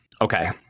Okay